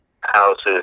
houses